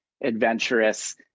adventurous